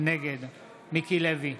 נגד מיקי לוי,